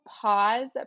pause